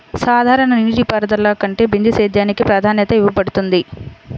సాధారణ నీటిపారుదల కంటే బిందు సేద్యానికి ప్రాధాన్యత ఇవ్వబడుతుంది